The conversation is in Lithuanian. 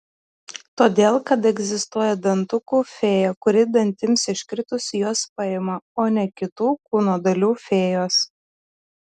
todėl kad egzistuoja dantukų fėja kuri dantims iškritus juos paima o ne kitų kūno dalių fėjos